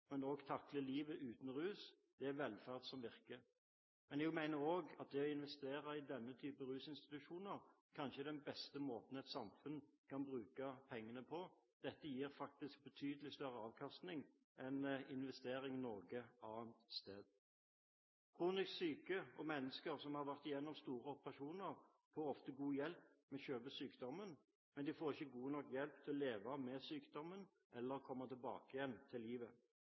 men også takler livet uten rus, er velferd som virker. Jeg mener også at det å investere i denne typen rusinstitusjoner kanskje er den beste måten et samfunn kan bruke pengene på. Dette gir faktisk betydelig større avkastning enn investering noe annet sted. Kronisk syke og mennesker som har vært gjennom store operasjoner, får ofte god hjelp med selve sykdommen, men de får ikke god nok hjelp til å leve med sykdommen eller komme tilbake til livet.